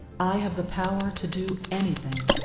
i have the power to do anything.